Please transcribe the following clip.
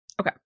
Okay